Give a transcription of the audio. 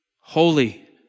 holy